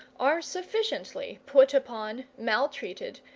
are sufficiently put upon, maltreated,